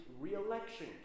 reelection